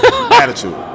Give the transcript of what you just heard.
attitude